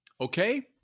Okay